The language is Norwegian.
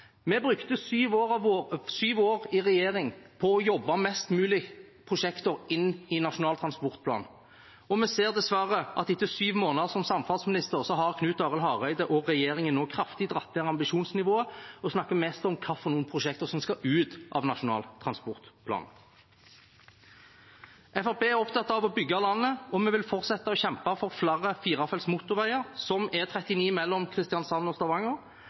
Vi brukte syv år i regjering på å få flest mulig prosjekter inn i Nasjonal transportplan. Og vi ser dessverre at etter syv måneder som samferdselsminister har Knut Arild Hareide og regjeringen nå kraftig dratt ned ambisjonsnivået og snakker mest om hvilke prosjekter som skal ut av Nasjonal transportplan. Fremskrittspartiet er opptatt av å bygge landet, og vi vil fortsette å kjempe for flere firefelts motorveier, som E39 mellom Kristiansand og Stavanger,